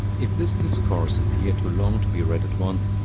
if this discourse appear too long to be read at once,